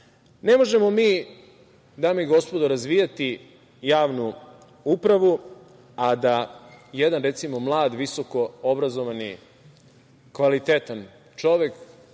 možemo mi dame i gospodo, razvijati javnu upravu, a da jedan mlad visoko obrazovani, kvalitetan čovek